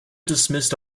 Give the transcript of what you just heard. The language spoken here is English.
dismissed